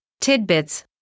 tidbits